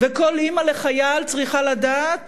וכל אמא לחייל צריכה לדעת